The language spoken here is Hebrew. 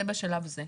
זה בשלב זה.